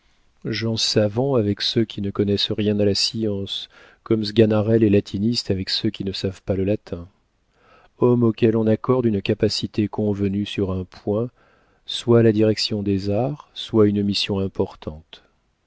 en portefeuille gens savants avec ceux qui ne connaissent rien à la science comme sganarelle est latiniste avec ceux qui ne savent pas le latin hommes auxquels on accorde une capacité convenue sur un point soit la direction des arts soit une mission importante